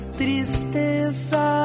tristeza